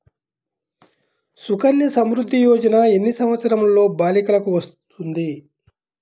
సుకన్య సంవృధ్ది యోజన ఎన్ని సంవత్సరంలోపు బాలికలకు వస్తుంది?